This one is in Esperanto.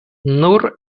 nur